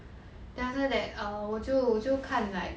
then after that err 我就就看 like